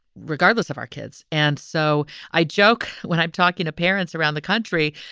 regardless of our kids. and so i joke when i'm talking to parents around the country,